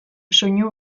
soinu